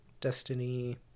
Destiny